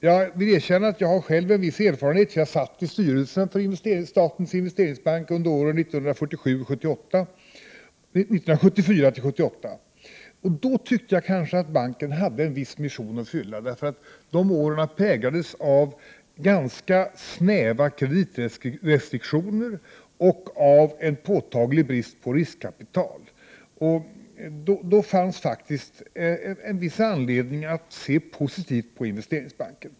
Jag vill erkänna att jag har själv en viss erfarenhet, för jag satt i styrelsen för Sveriges Investeringsbank under åren 1974—1978, och då tyckte jag att banken hade en viss mission att fylla, därför att de åren präglades av ganska snäva kreditrestriktioner och en påtaglig brist på riskkapital. Då fanns faktiskt en viss anledning att se positivt på Investeringsbanken.